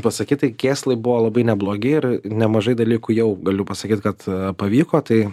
pasakyt tai kėslai buvo labai neblogi ir nemažai dalykų jau galiu pasakyt kad pavyko tai